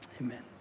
Amen